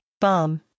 bomb